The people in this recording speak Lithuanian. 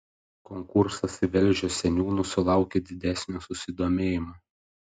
konkursas į velžio seniūnus sulaukė didesnio susidomėjimo